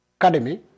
academy